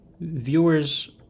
viewers